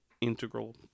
integral